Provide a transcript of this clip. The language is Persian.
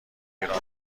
ایران